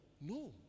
No